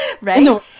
Right